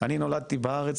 אני נולדתי בארץ,